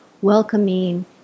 welcoming